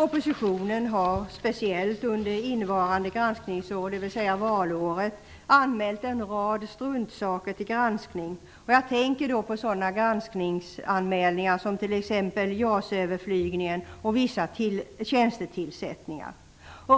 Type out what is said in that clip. Oppositionen har, speciellt under innevarande granskningsår, dvs. valåret, anmält en rad struntsaker till granskning. Jag tänker bl.a. på de anmälningar som gäller JAS-överflygningen och vissa tjänstetillsättningar.